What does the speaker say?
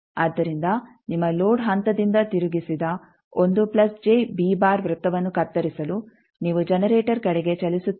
ಆದ್ದರಿಂದ ನಿಮ್ಮ ಲೋಡ್ ಹಂತದಿಂದ ತಿರುಗಿಸಿದ ವೃತ್ತವನ್ನು ಕತ್ತರಿಸಲು ನೀವು ಜನರೇಟರ್ ಕಡೆಗೆ ಚಲಿಸುತ್ತೀರಿ